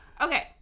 Okay